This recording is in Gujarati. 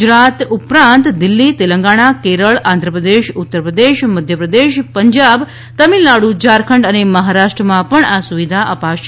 ગુજરાત ઉપરાંત દિલ્હી તેલંગણા કેરળ આંધ્રપ્રદેશ ઉત્તરપ્રદેશ મધ્યપ્રદેશ પંજાબ તમિલનાડુ ઝારખંડ અને મહારાષ્ટ્રમાં આ સુવિધા અપાશે